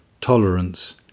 tolerance